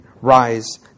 rise